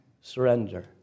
Surrender